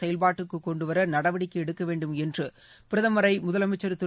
செயல்பாட்டுக்கு கொண்டு வர நடவடிக்கை எடுக்க வேண்டும் என்று பிரதமரை முதலமைச்சர் திரு